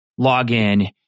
Login